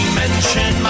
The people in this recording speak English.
mention